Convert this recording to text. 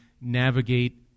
navigate